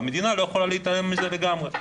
והמדינה לא יכולה להתעלם מזה לגמרי.